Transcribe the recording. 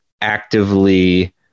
actively